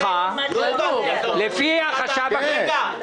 לפי החשב הכללי,